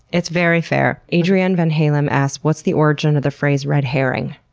it's very fair. adrienne van halem asks what's the origin of the phrase red herring?